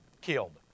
killed